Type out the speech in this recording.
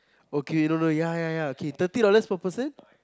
okay no no ya ya ya okay thirty dollars per person